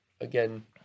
again